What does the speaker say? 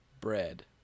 bread